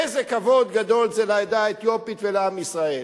איזה כבוד גדול זה לעדה האתיופית ולעם ישראל.